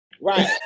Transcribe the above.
Right